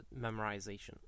memorization